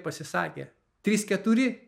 pasisakė trys keturi